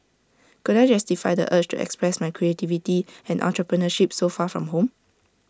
could I justify the urge to express my creativity and entrepreneurship so far from home